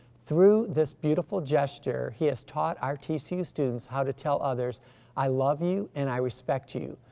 through this beautiful gesture he has taught our tcu students how to tell others i love you and i respect you.